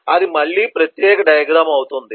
అది మళ్ళీ ప్రత్యేక డయాగ్రమ్ అవుతుంది